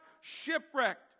shipwrecked